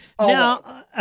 Now